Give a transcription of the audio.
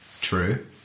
true